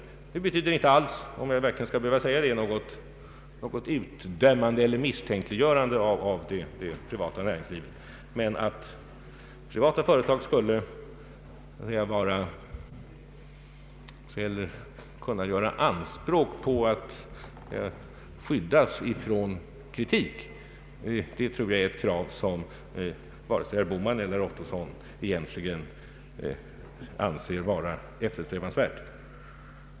Detta innebär inte alls något utdömande eller misstänkliggörande av det privata näringslivet. Men att privata företag skulle kunna göra anspråk på att skyddas från kritik tror jag är ett krav som varken herr Bohman eller herr Ottosson egentligen anser vara eftersträvansvärt.